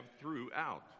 throughout